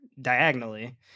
diagonally